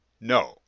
No